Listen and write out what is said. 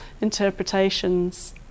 interpretations